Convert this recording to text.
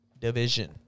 division